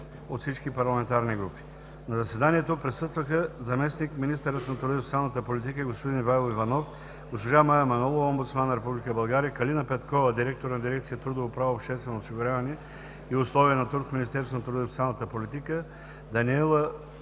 от всички парламентарни групи. На заседанието присъстваха: заместник-министърът на труда и социалната политика господин Ивайло Иванов, госпожа Мая Манолова – омбудсман на Република България, Калина Петкова – директор на дирекция „Трудово право, обществено осигуряване и условия на труд“ в Министерството на труда и социалната политика, Даниела